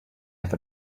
have